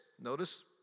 notice